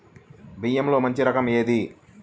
బియ్యంలో మంచి రకం ఏది?